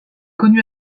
connu